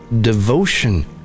devotion